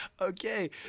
Okay